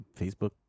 Facebook